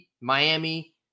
Miami